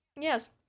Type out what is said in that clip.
Yes